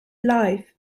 life